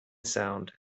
sound